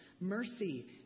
mercy